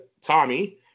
tommy